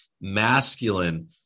masculine